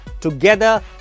together